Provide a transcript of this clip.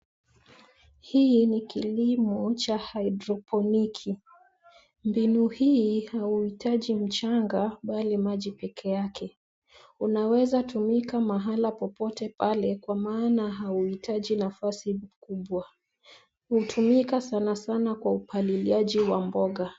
Hii ni kilimo cha hydroponiki. Mbinu hii hauhitaji mchanga bali maji pekee yake. Unaweza tumika mahala popote pale kwa maana hauhitaji nafasi mkubwa. Unatumika sana sana kwa upaliliaji wa mboga.